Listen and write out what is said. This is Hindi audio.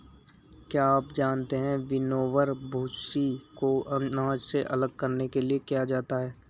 क्या आप जानते है विनोवर, भूंसी को अनाज से अलग करने के लिए किया जाता है?